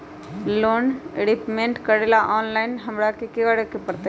Loan repayment करेला online हमरा की करे के परतई?